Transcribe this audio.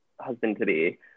husband-to-be